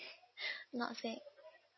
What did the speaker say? not fix